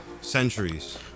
centuries